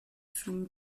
from